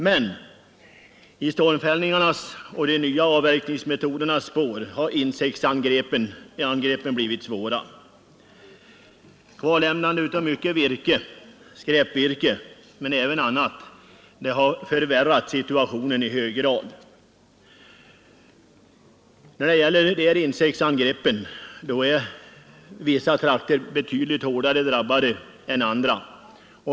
Men i stormfällningarnas och de nya avverkningsmetodernas spår har insektsangreppen blivit svåra. Kvarlämnandet av stora kvantiteter virke, både skräpvirke och annat virke, har i hög grad förvärrat insektsangreppen. Vissa trakter är i det fallet betydligt hårdare drabbade än andra.